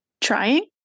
trying